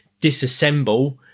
disassemble